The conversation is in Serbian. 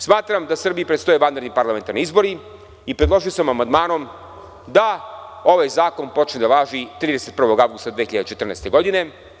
Smatram da Srbiji predstoje vanredni parlamentarni izbori i predložio sam amandmanom da ovaj zakon počne da važi 31. avgusta 2014. godine.